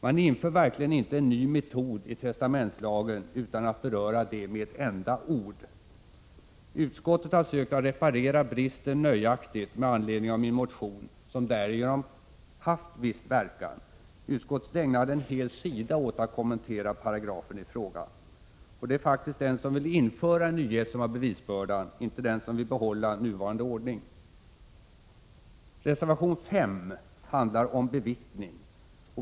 Man inför verkligen inte en ny metod i testamentslagen utan att beröra den med ett enda ord. Utskottet har försökt att reparera bristen nöjaktigt med anledning av min motion, som därigenom har haft en viss verkan. Utskottet ägnar en hel sida i betänkandet åt att kommentera paragrafen i fråga. Det är faktiskt den som vill införa en nyhet som har bevisbördan — inte den som vill behålla nuvarande ordning. Reservation 5 handlar om bevittning.